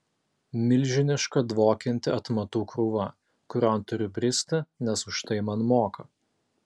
milžiniška dvokianti atmatų krūva kurion turiu bristi nes už tai man moka